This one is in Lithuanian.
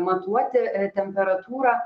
matuoti temperatūrą